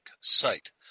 site